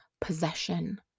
possession